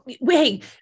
wait